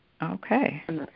Okay